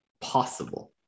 possible